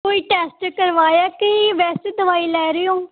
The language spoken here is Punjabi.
ਕੋਈ ਟੈਸਟ ਕਰਵਾਇਆ ਹੈ ਕੇ ਈ ਵੈਸੇ ਦਵਾਈ ਲੈ ਰਹੇ ਹੋ